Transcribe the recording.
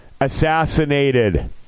assassinated